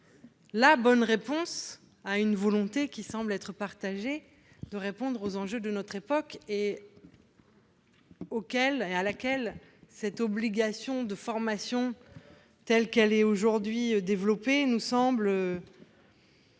la bonne réponse à une préoccupation, qui semble être partagée, de répondre aux enjeux de notre époque. Cette obligation de formation, telle qu'elle est aujourd'hui développée, ne nous semble